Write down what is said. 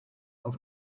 auf